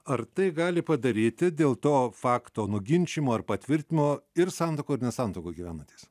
ar tai gali padaryti dėl to fakto nuginčijimo ar patvirtinimo ir santuokoj ir ne santuokoj gyvenantys